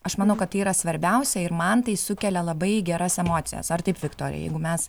aš manau kad tai yra svarbiausia ir man tai sukelia labai geras emocijas ar taip viktorija jeigu mes